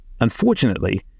Unfortunately